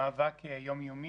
במאבק יום יומי.